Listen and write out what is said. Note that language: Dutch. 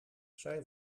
zij